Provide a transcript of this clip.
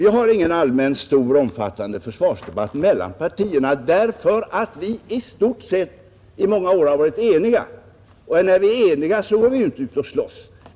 Vi har ingen stor, allmän försvarsdebatt mellan partierna därför att vi i stort sett har varit eniga om försvaret i många år. Och när vi är eniga går vi inte ut och slåss.